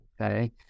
Okay